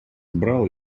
брал